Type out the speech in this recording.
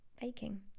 Baking